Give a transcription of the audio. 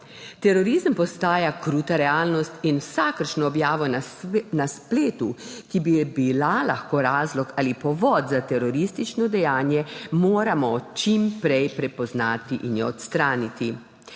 Terorizem postaja kruta realnost in vsakršno objavo na spletu, ki bi lahko bila razlog ali povod za teroristično dejanje, moramo čim prej prepoznati in jo odstraniti.